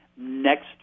next